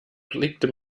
blickte